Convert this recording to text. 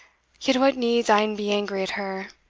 yet what needs ane be angry at her,